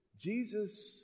Jesus